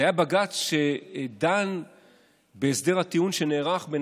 זה היה בג"ץ שדן בהסדר הטיעון שנערך בין